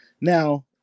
now